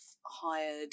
hired